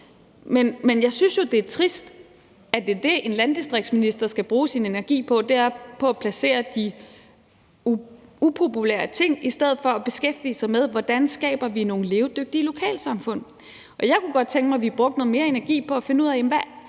Men jeg synes, det er trist, at det er det, en landdistriktsminister skal bruge sin energi på, altså på at placere de upopulære ting, i stedet for at beskæftige sig med, hvordan vi skaber nogle levedygtige lokalsamfund. Jeg kunne godt tænke mig, vi brugte noget mere energi på at finde ud af,